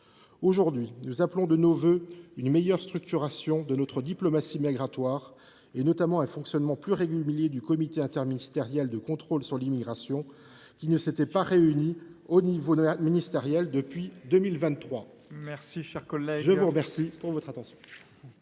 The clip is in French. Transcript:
Aujourd’hui, nous appelons de nos vœux une meilleure structuration de notre diplomatie migratoire, notamment un fonctionnement plus régulier du comité interministériel de contrôle de l’immigration, qui ne s’était pas réuni au niveau des ministres depuis 2023. La parole est à M. le ministre délégué.